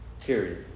period